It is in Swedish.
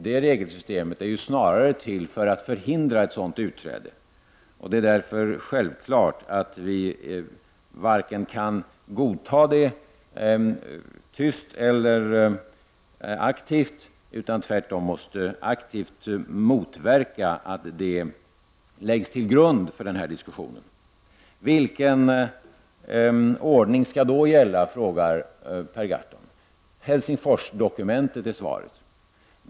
Det regelsystemet är snarare till för att förhindra ett utträde, och det är därför självklart att vi inte kan godta det vare sig tyst eller aktivt. Tvärtom måste vi aktivt motverka att det läggs till grund för den här diskussionen. Vilken ordning skall då gälla? frågar Per Gahrton. Helsingforsavtalet! är svaret.